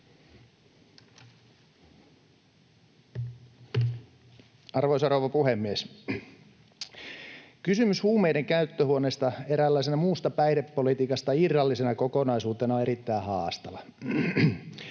Arvoisa rouva puhemies! Kysymys huumeiden käyttöhuoneista eräänlaisena muusta päihdepolitiikasta irrallisena kokonaisuutena on erittäin haastava.